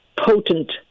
potent